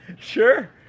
Sure